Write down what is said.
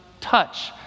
touch